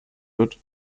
wird